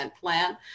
plan